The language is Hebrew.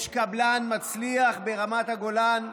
יש קבלן מצליח ברמת הגולן,